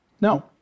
No